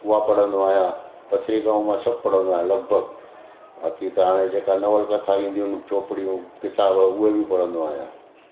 उहा पढ़ंदो आहियां पत्रिकाऊं मां सभु पढ़ंदो आहियां लॻभॻि बाक़ी त हाणे जेका नॉवल कथा ईंदी आहिनि चोपड़ियूं किताबु उहे बि पढ़ंदो आहियां